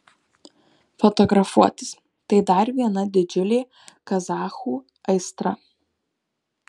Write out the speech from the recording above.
fotografuotis tai dar viena didžiulė kazachų aistra